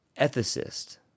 ethicist